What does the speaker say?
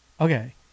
Okay